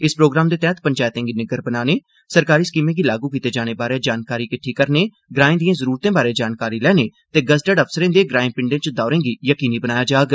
इस प्रोग्राम दे तैह्त पंचैतें गी निग्गर बनाने सरकारी स्कीमें गी लागू कीते जाने बारै जानकारी किट्ठी करने ग्राए दियें जरूरतें बारै जानकारी लैने ते गैजेडिट अफसरें दे ग्राए पिंडें च दौरें गी यकीनी बनाया जाग